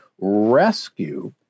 rescue